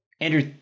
Andrew